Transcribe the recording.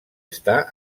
està